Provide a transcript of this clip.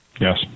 Yes